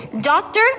doctor